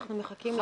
אנחנו מחכים.